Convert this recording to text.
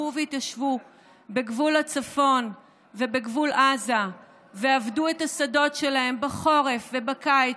הלכו והתיישבו בגבול הצפון ובגבול עזה ועבדו את השדות שלהם בחורף ובקיץ,